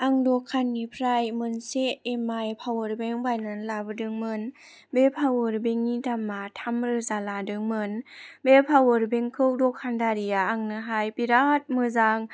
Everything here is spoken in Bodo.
आं दखाननिफ्राय मोनसे एम आइ पावार बेंक बायनानै लाबोदोंमोन बे पावार बेंकनि दामा थामरोजा लादोंमोन बे पावार बेंकखौ दखानदारिआ आंंनोहाय बिराद मोजां